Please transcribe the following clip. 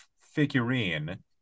figurine